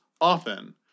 Often